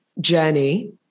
journey